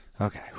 okay